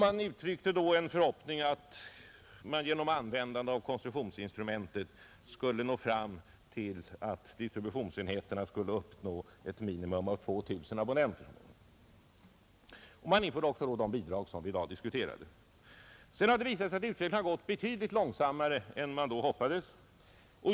Man uttryckte då en förhoppning om att användningen av koncessionsinstrumentet skulle medföra att distributionsenheterna skulle uppnå ett minimum av 2 000 abonnenter. Man införde också de bidrag som vi i dag diskuterar. Sedan visade det sig att utvecklingen gått betydligt långsammare än man då hoppades.